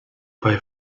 bei